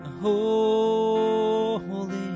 holy